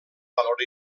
valor